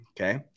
okay